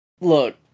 Look